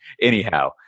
anyhow